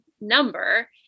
number